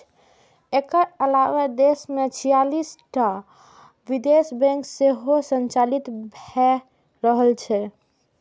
एकर अलावे देश मे छियालिस टा विदेशी बैंक सेहो संचालित भए रहल छै